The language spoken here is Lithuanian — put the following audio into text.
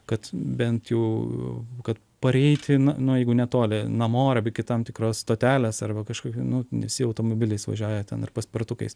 kad bent jau kad pareiti na nu jeigu netoli namo arba iki tam tikros stotelės arba kažkokia nu nes jau automobiliais važiuoja ten ar paspirtukais